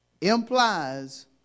implies